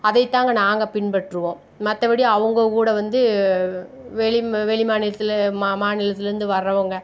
அதை தான்ங்க நாங்கள் பின்பற்றுவோம் மற்றபடி அவங்க கூட வந்து வெளிம்மு வெளிமாநிலத்தில் மா மாநிலத்துலேருந்து வர்றவங்க